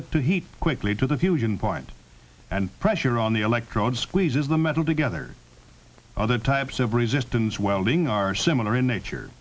to heat quickly to the fusion point and pressure on the electrode squeezes the metal together other types of resistance welding are similar in nature